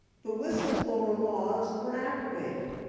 the whistleblower laws were activated.